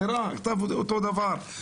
הכתב נראה אותו דבר?